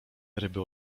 ryby